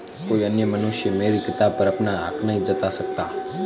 कोई अन्य मनुष्य मेरी किताब पर अपना हक नहीं जता सकता